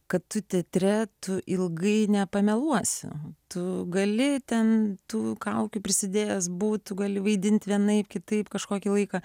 kad tu teatre tu ilgai nepameluosi tu gali ten tų kaukių prisidėjęs būt tu gali vaidinti vienaip kitaip kažkokį laiką